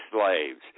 slaves